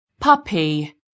puppy